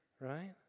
right